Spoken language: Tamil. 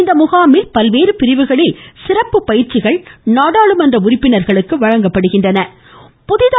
இந்த முகாமில் பல்வேறு பிரிவுகளில் சிறப்பு பயிற்சிகள் நாடாளுமன்ற உறுப்பினர்களுக்கு வழங்கப்படுகின்றன